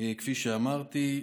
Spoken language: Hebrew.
כפי שאמרתי.